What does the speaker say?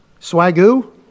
Swagoo